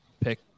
pick